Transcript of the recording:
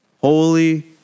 holy